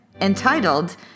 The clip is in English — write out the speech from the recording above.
entitled